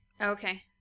Okay